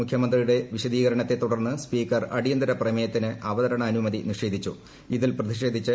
മുഖ്യമന്ത്രിയുടെ വിശദീകരണത്തെ തുടർന്ന് സ്പീക്കർ അടിയന്തര പ്രമേയത്തിന് അവതരണാനുമതി നിഷേധിച്ചു